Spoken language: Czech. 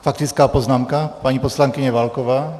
Faktická poznámka, paní poslankyně Válková?